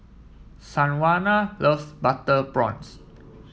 Sanjuana loves Butter Prawns